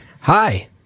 Hi